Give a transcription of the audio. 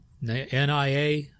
NIA